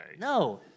no